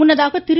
முன்னதாக திரு